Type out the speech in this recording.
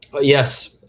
Yes